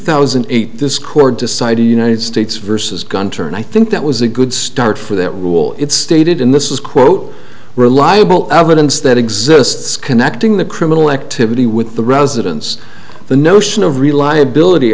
thousand and eight this court decided united states versus gunter and i think that was a good start for that rule it stated in this is quote reliable evidence that exists connecting the criminal activity with the residence the notion of reliability